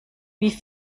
wie